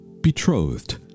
betrothed